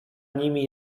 nimi